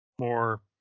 more